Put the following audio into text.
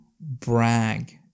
brag